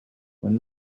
when